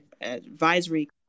advisory